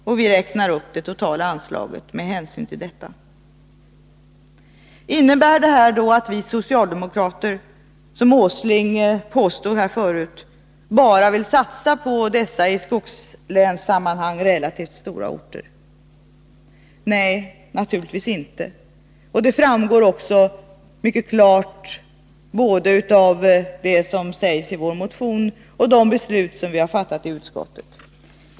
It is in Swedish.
Och vi räknar upp det totala anslaget med hänsyn till detta. Innebär det att vi socialdemokrater, som Nils Åsling påstod här förut, bara vill satsa på dessa i skogslänssammanhang relativt stora orter? Nej, naturligtvis inte. Det framgår också mycket klart både av det som sägs i vår motion och av de beslut som vi har fattat i utskottet.